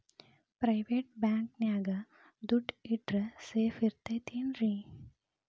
Private bank ನ್ಯಾಗ್ ದುಡ್ಡ ಇಟ್ರ ಸೇಫ್ ಇರ್ತದೇನ್ರಿ?